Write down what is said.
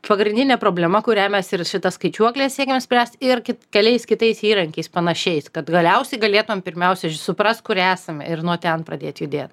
pagrindinė problema kurią mes ir šita skaičiuokle siekiam spręst ir keliais kitais įrankiais panašiais kad galiausiai galėtumėm pirmiausiai suprast kur esam ir nuo ten pradėt judėt